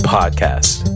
Podcast